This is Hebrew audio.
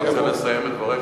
אני רוצה לסיים את דברי,